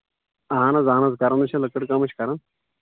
اَہََن حظ اَہَن حظ کران ہے چھِ لٔکٕرِ کٲم ہے چھِ کران